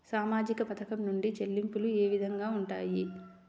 సామాజిక పథకం నుండి చెల్లింపులు ఏ విధంగా ఉంటాయి?